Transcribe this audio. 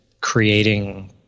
creating